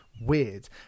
weird